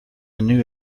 new